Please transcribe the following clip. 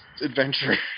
adventure